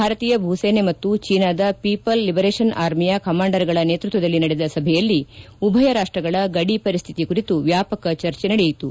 ಭಾರತೀಯ ಭೂಸೇನೆ ಮತ್ತು ಚೀನಾದ ಪೀಪಲ್ ಲಿಬರೇಷನ್ ಆರ್ಮಿಯ ಕಮಾಂಡರ್ಗಳ ನೇತೃತ್ವದಲ್ಲಿ ನಡೆದ ಸಭೆಯಲ್ಲಿ ಉಭಯ ರಾಷ್ಟಗಳ ಗಡಿ ಪರಿಸ್ಟಿತಿ ಕುರಿತು ವ್ಯಾಪಕ ಚರ್ಚೆ ನಡೆಯಿತು